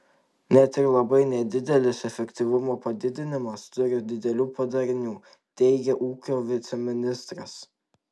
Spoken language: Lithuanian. net ir labai nedidelis efektyvumo padidinimas turi didelių padarinių teigė ūkio viceministras